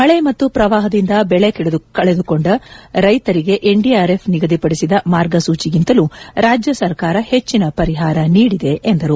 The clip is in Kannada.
ಮಳೆ ಮತ್ತು ಪ್ರವಾಹದಿಂದ ಬೆಳೆ ಕಳೆದುಕೊಂಡ ರೈತರಿಗೆ ಎನ್ಡಿಆರ್ಎಫ್ ನಿಗಧಿಪಡಿಸಿದ ಮಾರ್ಗಸೂಚೆಗಿಂತಲೂ ರಾಜ್ಯ ಸರ್ಕಾರ ಹೆಚ್ಚಿನ ಪರಿಹಾರ ನೀಡಿದೆ ಎಂದರು